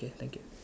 okay thank you